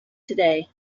today